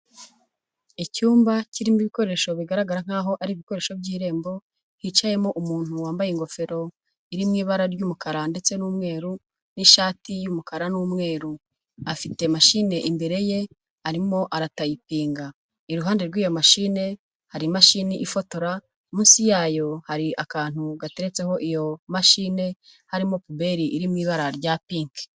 Icyumba kirimo ibikoresho bigaragara nkaho ari ibikoresho by'Irembo, hicayemo umuntu wambaye ingofero iri mu ibara ry'umukara ndetse n'umweru n'ishati y'umukara n'umweru. Afite mashine imbere ye arimo aratayipinga, iruhande rw'iyo mashine hari imashini ifotora munsi yayo hari akantu gateretseho iyo mashine harimo pubeli iri mu ibara rya pinki.